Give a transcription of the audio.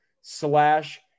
slash